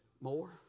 more